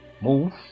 move